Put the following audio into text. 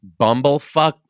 Bumblefuck